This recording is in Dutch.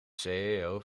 ceo